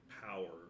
power